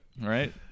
Right